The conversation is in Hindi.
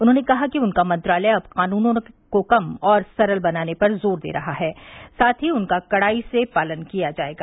उन्होंने कहा कि उनका मंत्रालय अब कानूनों को कम और सरल बनाने पर जोर दे रहा है साथ ही उनका कड़ाई से पालन किया जाएगा